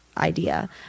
idea